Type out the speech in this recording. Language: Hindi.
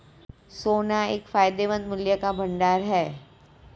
सोना एक फायदेमंद मूल्य का भंडार है